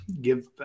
give